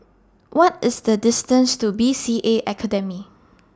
What IS The distance to B C A Academy